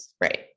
Right